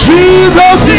Jesus